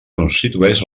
constitueix